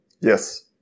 Yes